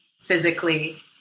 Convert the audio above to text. physically